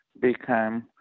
become